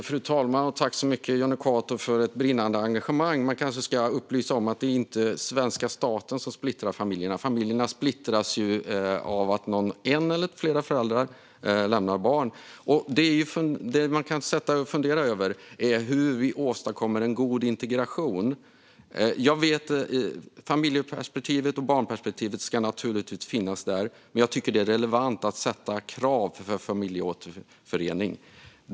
Fru talman! Tack så mycket, Jonny Cato, för ett brinnande engagemang! Man kanske ska upplysa om att det inte är svenska staten som splittrar familjer. Familjer splittras av att föräldrar - en eller flera - lämnar barn. Det man kan fundera över är hur man åstadkommer en god integration. Familjeperspektivet och barnperspektivet ska naturligtvis finnas, men jag tycker att det är relevant att ställa krav för familjeåterförening.